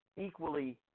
equally